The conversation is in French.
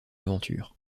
aventure